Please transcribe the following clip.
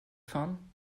fahren